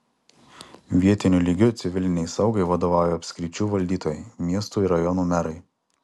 vietiniu lygiu civilinei saugai vadovauja apskričių valdytojai miestų ir rajonų merai